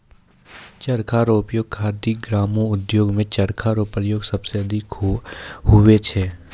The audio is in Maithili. चरखा रो उपयोग खादी ग्रामो उद्योग मे चरखा रो प्रयोग सबसे अधिक हुवै छै